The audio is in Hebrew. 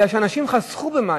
מכיוון שאנשים חסכו במים,